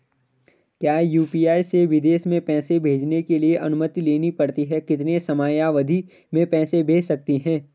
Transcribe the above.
क्या यु.पी.आई से विदेश में पैसे भेजने के लिए अनुमति लेनी पड़ती है कितने समयावधि में पैसे भेज सकते हैं?